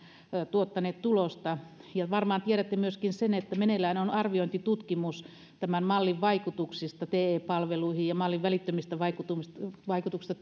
tuottaneet tulosta ja varmaan tiedätte myöskin sen että meneillään on arviointitutkimus tämän mallin vaikutuksista te palveluihin ja mallin välittömistä vaikutuksista